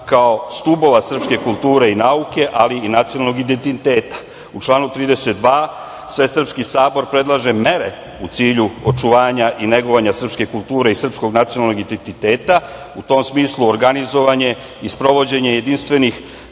kao stubova srpske kulture i nauke, ali i nacionalnog identiteta. U članu 32. Svesrpski sabor predlaže mere u cilju očuvanja i negovanja srpske kulture i srpskog nacionalnog identiteta,u tom smislu organizovanje i sprovođenje jedinstvenih,